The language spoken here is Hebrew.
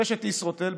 רשת ישרוטל,